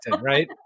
right